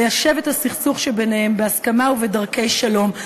ליישב את הסכסוך שביניהם בהסכמה ובדרכי שלום.